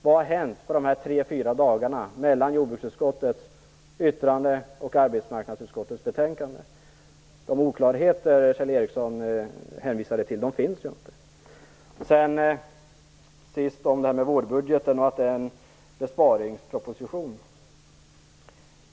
Vad har hänt under de dagar som gått mellan justeringen av jordbruksutskottets yttrande och justeringen av arbetsmarknadsutskottets betänkande? De oklarheter Kjell Ericsson hänvisade till finns ju inte. Kjell Ericsson sade att vårbudgeten var en besparingsproposition.